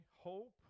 hope